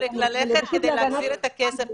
צריך להחזיר ללקוח את הכסף.